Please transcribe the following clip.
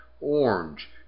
orange